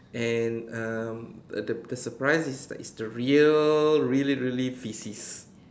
and um the the surprise is like it's the real really really feces